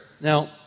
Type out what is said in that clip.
Now